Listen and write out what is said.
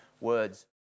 words